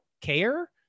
care